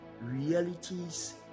realities